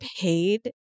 paid